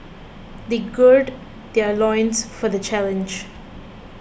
they gird their loins for the challenge